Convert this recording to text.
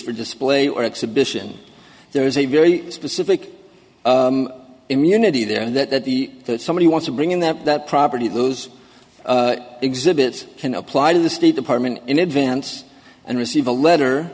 for display or exhibition there is a very specific immunity there that the that somebody want to bring in that that property those exhibit can apply to the state department in advance and receive a letter